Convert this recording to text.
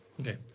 Okay